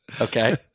Okay